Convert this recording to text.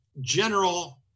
general